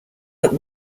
that